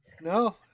no